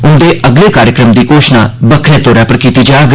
उंदे अगले कार्यक्रम दी घोषणा बक्खरे तौरा पर कीती जाग